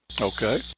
Okay